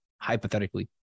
hypothetically